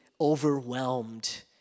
overwhelmed